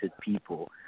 people